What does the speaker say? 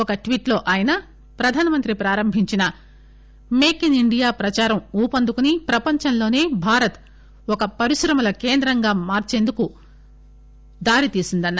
ఒక ట్వీట్ లో ఆయన ప్రధానమంత్రి ప్రారంభించిన మేక్ ఇస్ ఇండియా ప్రచారం ఊపందుకుని ప్రపంచంలోనే భారత్ ఒక పరిశ్రమల కేంద్రంగా మార్చేందుకు దారితీసిందని అన్నారు